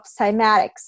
cymatics